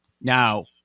Now